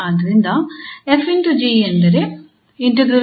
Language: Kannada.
ಆದ್ದರಿಂದ 𝑓 ∗ 𝑔 ಎಂದರೆ ಎಂಬ ಇಂಟಿಗ್ರಾಲ್